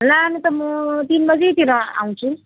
लानु त म तिन बजीतिर आउँछु